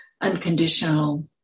unconditional